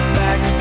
back